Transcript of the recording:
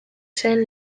zen